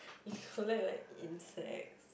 you collect like insects